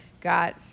got